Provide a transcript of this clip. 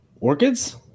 orchids